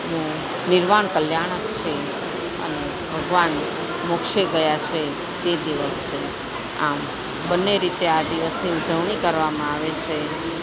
નું નિર્વાણ કલ્યાણક છે અને ભગવાન મોક્ષે ગયા છે તે દિવસે આમ બંને રીતે આ દિવસની ઉજવણી કરવામાં આવે છે